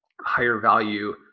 higher-value